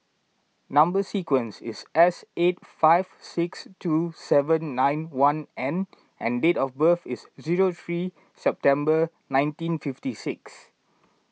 Number Sequence is S eight five six two seven nine one N and date of birth is zero three September nineteen fifty six